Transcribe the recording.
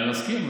אני מסכים.